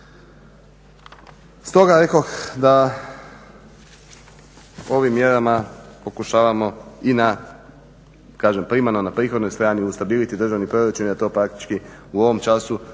Stoga rekoh da ovim mjerama pokušavamo i na kažem primarno na prihodnoj strani ustabiliti državni proračun jer to praktički u ovom času …